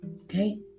Okay